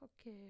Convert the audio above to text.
Okay